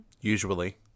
Usually